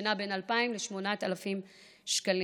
שנע בין 2,000 ל-8,000 שקלים.